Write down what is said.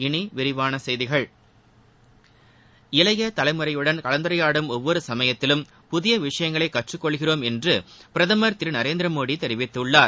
இனி விரிவான செய்திகள் இளைய தலைமுறையுடன் கலந்துரையாடும் ஒவ்வொரு சுமயத்திலும் புதிய விஷயங்களை கற்றுக் கொள்கிறோம் என்று பிரதமர் திரு நரேந்திர மோடி தெரிவித்துள்ளார்